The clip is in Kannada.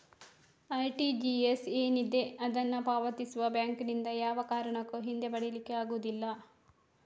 ಆರ್.ಟಿ.ಜಿ.ಎಸ್ ಏನಿದೆ ಅದನ್ನ ಪಾವತಿಸುವ ಬ್ಯಾಂಕಿನಿಂದ ಯಾವ ಕಾರಣಕ್ಕೂ ಹಿಂದೆ ಪಡೀಲಿಕ್ಕೆ ಆಗುದಿಲ್ಲ